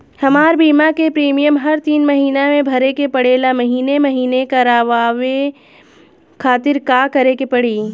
हमार बीमा के प्रीमियम हर तीन महिना में भरे के पड़ेला महीने महीने करवाए खातिर का करे के पड़ी?